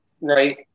right